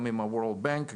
עם הבנק העולמי,